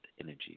energy